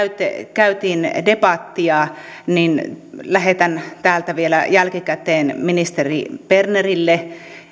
käytiin debattia niin lähetän täältä vielä jälkikäteen ministeri bernerille